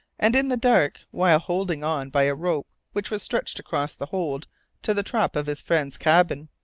and in the dark, while holding on by a rope which was stretched across the hold to the trap of his friend's cabin,